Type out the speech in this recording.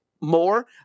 more